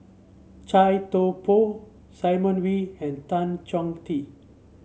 Chia Thye Poh Simon Wee and Tan Chong Tee